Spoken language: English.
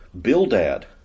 Bildad